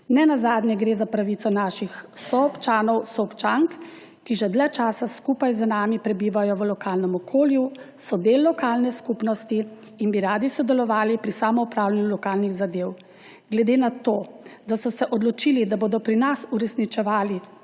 Ne nazadnje gre za pravico naših soobčanov, soobčank, ki že dlje časa skupaj z nami prebivajo v lokalnem okolju, so del lokalne skupnosti in bi radi sodelovali pri samoupravljanju lokalnih zadev. Glede na to, da so se odločili, da bodo pri nas uresničevali